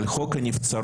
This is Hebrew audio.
להצביע על חוק הנבצרות,